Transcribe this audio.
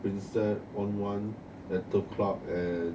prinsep on one turf club and